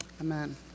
amen